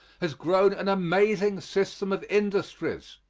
has grown an amazing system of industries.